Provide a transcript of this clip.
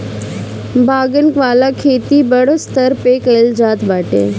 बागन वाला खेती बड़ स्तर पे कइल जाता बाटे